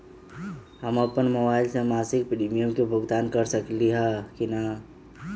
हम अपन मोबाइल से मासिक प्रीमियम के भुगतान कर सकली ह की न?